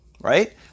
right